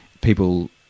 people